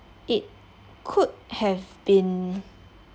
it could have been